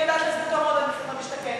אני יודעת להסביר טוב מאוד על מחיר למשתכן,